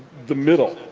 the middle.